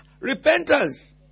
repentance